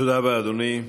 תודה רבה, אדוני.